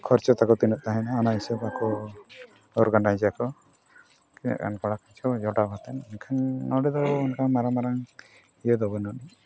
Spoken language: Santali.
ᱠᱷᱚᱨᱪᱟ ᱛᱟᱠᱚ ᱛᱤᱱᱟᱹᱜ ᱛᱟᱦᱮᱱᱟ ᱚᱱᱟ ᱦᱤᱥᱟᱹᱵᱽ ᱟᱠᱚ ᱚᱨᱜᱟᱱᱟᱭᱤᱡᱽ ᱟᱠᱚ ᱛᱤᱱᱟᱹᱜ ᱜᱟᱱ ᱠᱚᱲᱟ ᱠᱤᱪᱷᱩ ᱡᱚᱴᱟᱣ ᱠᱟᱛᱮᱫ ᱢᱮᱱᱠᱷᱟᱱ ᱱᱚᱸᱰᱮ ᱫᱚ ᱚᱱᱠᱟ ᱢᱟᱨᱟᱝ ᱢᱟᱨᱟᱝ ᱤᱭᱟᱹ ᱫᱚ ᱵᱟᱹᱱᱩᱜ ᱟᱹᱱᱤᱡ